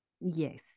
Yes